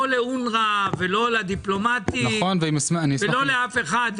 לא לאונר"א ולא לדיפלומטים ולא לאף אחד,